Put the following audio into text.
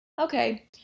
Okay